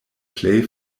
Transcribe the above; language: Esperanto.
plej